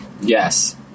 Yes